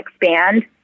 expand